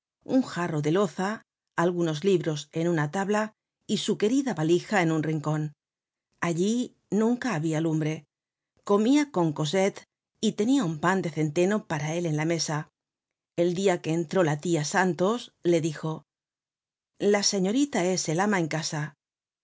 un jarro de loza algunos libros en una tabla y su querida balija en un rincon allí nunca habia lumbre comia con cosette y tenia un pan de centeno para él en la mesa el dia que entró la tia santos le dijo la señorita es el ama en casa